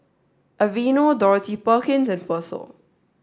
Aveeno Dorothy Perkins and Fossil